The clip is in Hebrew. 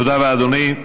תודה רבה, אדוני.